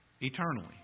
Eternally